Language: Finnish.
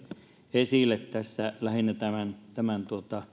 esille tässä lähinnä tämän tämän